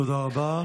תודה רבה.